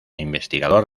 investigador